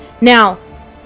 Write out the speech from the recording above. Now